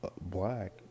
black